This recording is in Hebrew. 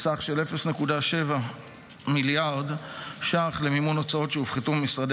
וסך של 0.7 מיליארד ש"ח למימון הוצאות שהופחתו ממשרדי